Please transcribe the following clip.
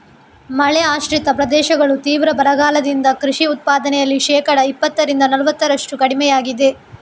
ಮಳೆ ಆಶ್ರಿತ ಪ್ರದೇಶಗಳು ತೀವ್ರ ಬರಗಾಲದಿಂದ ಕೃಷಿ ಉತ್ಪಾದನೆಯಲ್ಲಿ ಶೇಕಡಾ ಇಪ್ಪತ್ತರಿಂದ ನಲವತ್ತರಷ್ಟು ಕಡಿಮೆಯಾಗಿದೆ